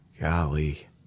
Golly